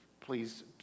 please